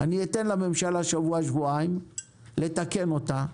אני אתן לממשלה שבוע-שבועיים לתקן אותה,